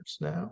now